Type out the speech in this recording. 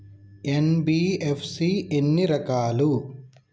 NBFC ఎన్ని రకాలు?